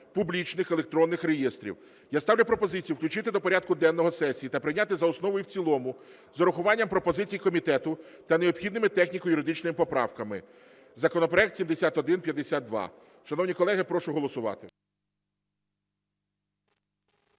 публічних електронних реєстрів. Я ставлю пропозицію включити до порядку денного сесії та прийняти за основу і в цілому з урахуванням пропозицій комітету та необхідними техніко-юридичними поправками законопроект 7152. Шановні колеги, прошу голосувати.